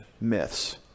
myths